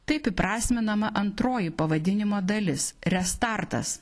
taip įprasminama antroji pavadinimo dalis restartas